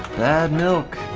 bad milk!